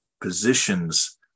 positions